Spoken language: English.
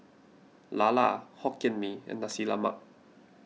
Lala Hokkien Mee and Nasi Lemak